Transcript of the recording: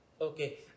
Okay